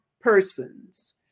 persons